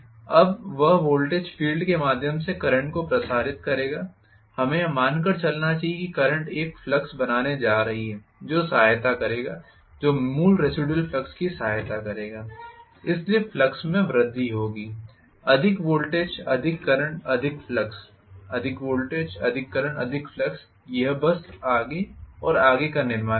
अब वह voltage field के माध्यम से करंट को प्रसारित करेगा हमें यह मानकर चलना चाहिए कि करंट एक फ्लक्स बनाने जा रही है जो सहायता करेगा जो मूल रेसिडुयल फ्लक्स की सहायता करेगा इसलिए फ्लक्स में वृद्धि होगी अधिक वोल्टेज अधिक करंट अधिक फ्लक्स अधिक वोल्टेज अधिक करंट अधिक प्रवाह यह बस आगे और आगे का निर्माण करेगा